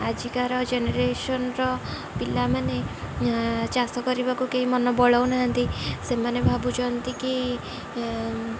ଆଜିକାର ଜେନେରେସନର ପିଲାମାନେ ଚାଷ କରିବାକୁ କେହି ମନ ବଳଉନାହାଁନ୍ତି ସେମାନେ ଭାବୁଛନ୍ତି କି